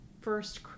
first